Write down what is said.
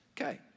Okay